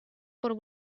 por